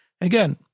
again